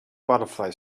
butterfly